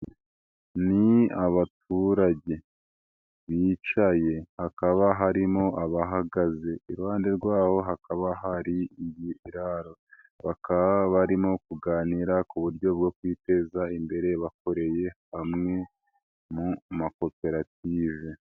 Ni abaturage, bicaye, hakaba harimo abahagaze, iruhande rwabo hakaba hari ibi biraro, bakaba barimo kuganira ku buryo bwo kwiteza imbere bakoreye hamwe, mu makoperative.